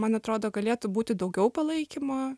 man atrodo galėtų būti daugiau palaikymo